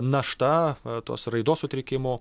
našta tos raidos sutrikimo